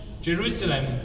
Jerusalem